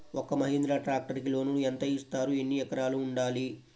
ఒక్క మహీంద్రా ట్రాక్టర్కి లోనును యెంత ఇస్తారు? ఎన్ని ఎకరాలు ఉండాలి?